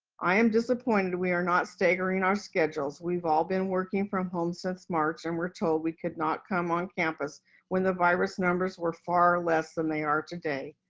i am disappointed we are not staggering our schedules. we've all been working from home since march and we're told we could not come on campus when the virus numbers were far less than they are today.